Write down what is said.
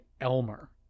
Elmer